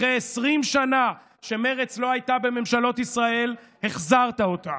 אחרי 20 שנה שמרצ לא הייתה בממשלות ישראל החזרת אותה.